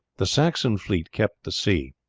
the saxon fleet kept the sea.